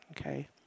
okay